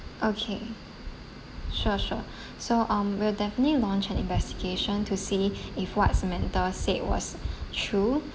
okay sure sure so um we'll definitely launch an investigation to see if what samantha said was true